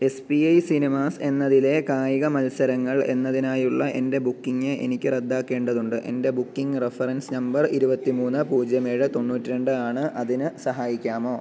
S P I cinemas എന്നതിലെ കായിക മത്സരങ്ങൾ എന്നതിനായുള്ള എൻ്റെ ബുക്കിംഗ് എനിക്ക് റദ്ദാക്കേണ്ടതുണ്ട് എൻ്റെ ബുക്കിംഗ് റഫറൻസ് നമ്പർ ഇരുപത്തി മൂന്ന് പൂജ്യം ഏഴ് തൊണ്ണൂറ്റി രണ്ട് ആണ് അതിന് സഹായിക്കാമോ